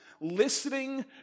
listening